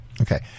Okay